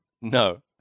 No